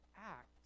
act